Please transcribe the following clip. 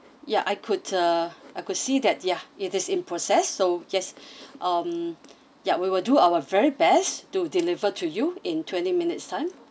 yeah I could uh I could see that yeah it is in process so yes um yup we will do our very best to deliver to you in twenty minutes time